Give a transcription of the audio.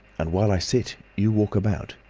and while i sit, you walk about.